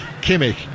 Kimmich